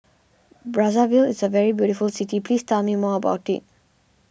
Brazzaville is a very beautiful city please tell me more about it